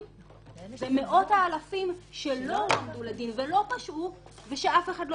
זה מאות האלפים שלא עמדו לדין ולא פשעו ושאף אחד לא